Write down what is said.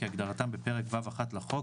כהגדרתם בפרק ו'1 לחוק,